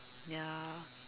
ya